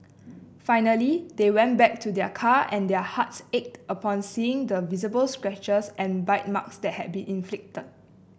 finally they went back to their car and their hearts ached upon seeing the visible scratches and bite marks that had been inflicted